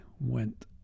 went